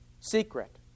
secret